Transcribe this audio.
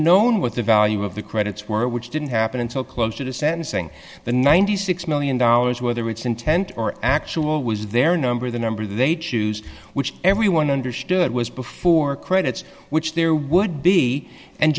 known what the value of the credits were which didn't happen until close to the sentencing the ninety six million dollars whether it's intent or actual was their number the number they choose which everyone understood was before credits which there would be and